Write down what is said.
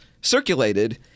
circulated